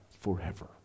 forever